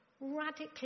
radically